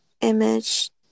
image